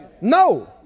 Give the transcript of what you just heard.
No